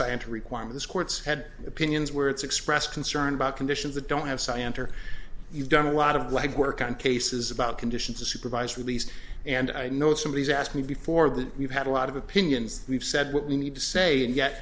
science requires courts had opinions where it's expressed concern about conditions that don't have scienter you've done a lot of legwork on cases about conditions of supervised release and i know somebody asked me before that we've had a lot of opinions we've said what we need to say and yet